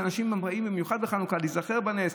שאנשים באים במיוחד בחנוכה להיזכר בנס,